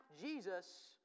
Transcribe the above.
Jesus